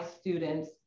students